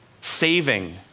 saving